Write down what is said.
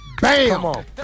Bam